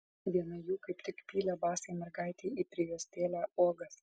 viena jų kaip tik pylė basai mergaitei į prijuostėlę uogas